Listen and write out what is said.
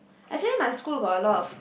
actually my school got a lot of